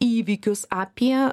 įvykius apie